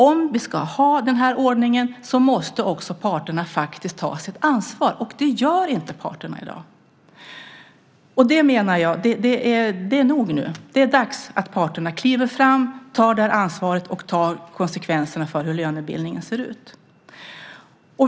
Om vi ska ha den här ordningen måste också parterna ta sitt ansvar, och det gör inte parterna i dag. Jag menar att det är nog nu. Det är dags att parterna kliver fram, tar det här ansvaret och tar konsekvenserna av hur lönebildningen ser ut.